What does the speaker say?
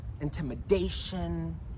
intimidation